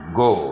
go